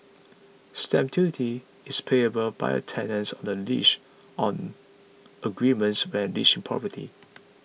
stamp duty is payable by a tenant on the lease on agreement when leasing property